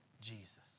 Jesus